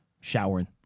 showering